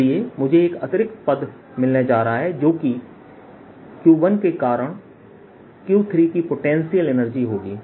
इसलिए मुझे एक अतिरिक्त पद मिलने जा रहा है जोकि Q1 के कारण Q3 की पोटेंशियल होगी